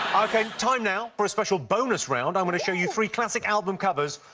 ok, time now for a special bonus round. i'm going to show you three classic album covers,